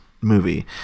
movie